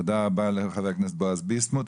תודה רבה לחבר הכנסת בועז ביסמוט.